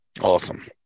awesome